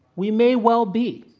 we may well be.